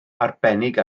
arbennig